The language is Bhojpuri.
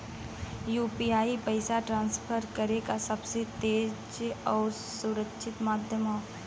यू.पी.आई पइसा ट्रांसफर करे क सबसे तेज आउर सुरक्षित माध्यम हौ